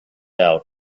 out